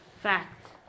fact